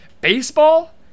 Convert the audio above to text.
Baseball